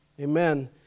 amen